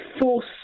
Force